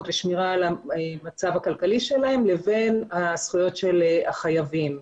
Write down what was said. ושמירה על המצב הכלכלי שלהן לבין הזכויות של החייבים.